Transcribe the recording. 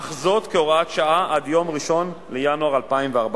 אך זאת כהוראת שעה, עד יום 1 בינואר 2014,